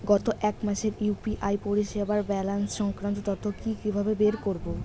গত এক মাসের ইউ.পি.আই পরিষেবার ব্যালান্স সংক্রান্ত তথ্য কি কিভাবে বের করব?